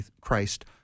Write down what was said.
Christ